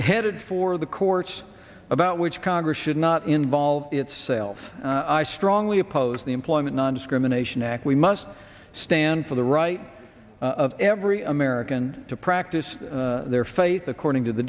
headed for the courts about which congress should not involve itself i strongly oppose the employment nondiscrimination act we must stand for the right of every american to practice their faith according to the